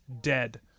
dead